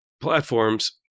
platforms